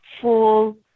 full